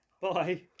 Bye